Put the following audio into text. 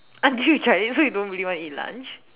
until you tried it so you don't really want to eat lunch